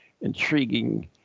intriguing